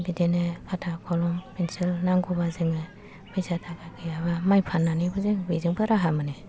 बिदिनो खाता कलम पेन्सिल नांगौबा जोङो फैसा थाखा गैयाबा माइ फाननानैबो जों बेजोंबो राहा मोनो